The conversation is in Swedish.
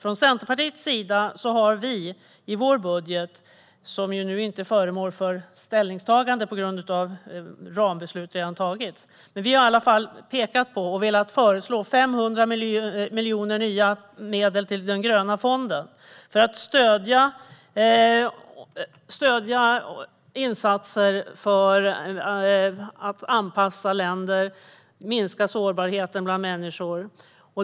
Vi i Centerpartiet har i vår budget, som nu inte är föremål för ställningstagande på grund av att rambeslut redan har tagits, pekat på och föreslagit 500 miljoner i nya medel till Gröna klimatfonden för att stödja insatser för att anpassa länder och minska sårbarheten bland människor.